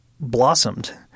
blossomed